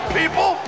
people